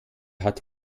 hat